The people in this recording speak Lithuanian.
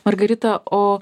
margarita o